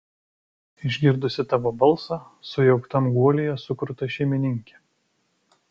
išgirdusi tavo balsą sujauktam guolyje sukruta šeimininkė